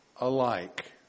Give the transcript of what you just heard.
alike